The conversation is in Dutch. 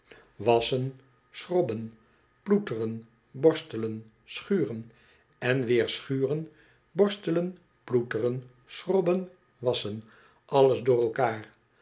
wasschen schrobben ploeteren borstelen schuren en weer schuren borstelen ploeteren schrobben wasschen alles door elkaar